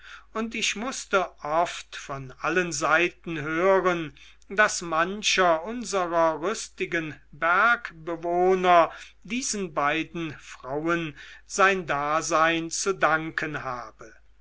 und ich mußte oft von allen seiten hören daß mancher unserer rüstigen bergbewohner diesen beiden frauen sein dasein zu danken habe